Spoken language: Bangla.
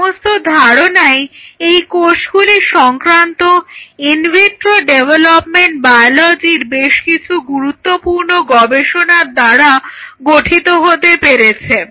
এই সমস্ত ধারনাই এই কোষগুলি সংক্রান্ত ইনভিট্রো ডেভলপমেন্ট বায়োলজির বেশ কিছু গুরুত্বপূর্ণ গবেষণার দ্বারা গঠিত হতে পেরেছে